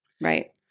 Right